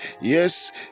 yes